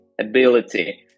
ability